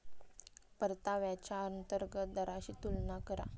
परताव्याच्या अंतर्गत दराशी तुलना करा